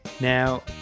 Now